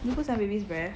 你不喜欢 baby's breath